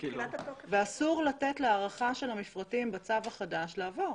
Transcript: אסור לתת להארכת המפרטים בצו החדש לעבור.